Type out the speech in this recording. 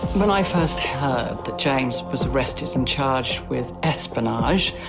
when i first heard that james was arrested and charged with espionage,